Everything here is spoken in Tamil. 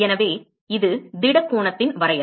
எனவே இது திட கோணத்தின் வரையறை